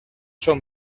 són